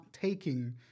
taking